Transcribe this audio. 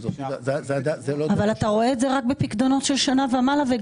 אבל פה זה מראה על צורכי הבנקים, על